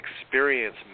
experience